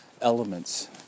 elements